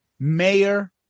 Mayor